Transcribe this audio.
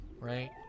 right